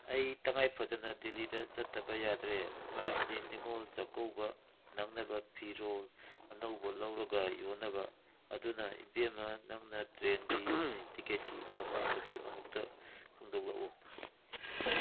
ꯑꯩ ꯇꯉꯥꯏ ꯐꯗꯅ ꯗꯤꯜꯂꯤꯗ ꯆꯠꯇꯕ ꯌꯥꯗ꯭ꯔꯦ ꯃꯔꯝꯗꯤ ꯅꯤꯡꯉꯣꯜ ꯆꯥꯛꯀꯧꯕ ꯅꯪꯅꯕ ꯐꯤꯔꯣꯜ ꯑꯅꯧꯕ ꯂꯧꯔꯒ ꯌꯣꯟꯅꯕ ꯑꯗꯨꯅ ꯏꯕꯦꯝꯃ ꯅꯪꯅ ꯇ꯭ꯔꯦꯟꯒꯤ ꯇꯤꯛꯀꯦꯠꯀꯤ ꯃꯃꯜ ꯑꯗꯨ ꯑꯃꯨꯛꯇ ꯈꯪꯗꯣꯛꯂꯛꯎ